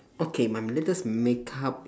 okay my latest makeup